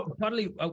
partly